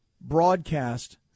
broadcast